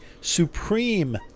Supreme